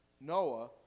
Noah